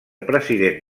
president